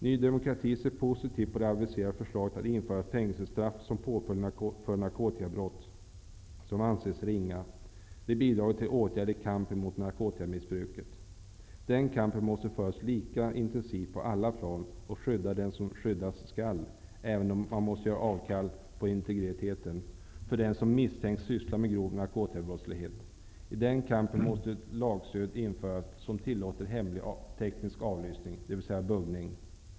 Ny demokrati ser positivt på det aviserade förslaget att införa fängelsestraff som påföljd för narkotikabrott som anses ringa. Det bidrar till åtgärder i kampen mot narkotikamissbruket. Kampen mot narkotika måste föras lika intensivt på alla plan och skydda den som skyddas skall, även om det innebär att man måste göra avkall på kraven på integritet för den som misstänks syssla med grov narkotikabrottslighet. I den kampen måste hemlig teknisk avlyssning, dvs. buggning, få stöd i lagen.